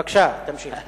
בבקשה, תמשיך.